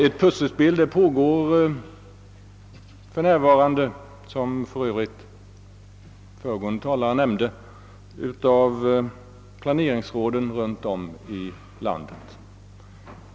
Ett pusselspel pågår för närvarande, som för övrigt föregående talare nämnde, av planeringsråden runt om i landet.